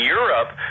Europe